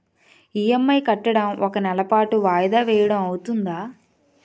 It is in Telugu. ఇ.ఎం.ఐ కట్టడం ఒక నెల పాటు వాయిదా వేయటం అవ్తుందా?